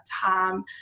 time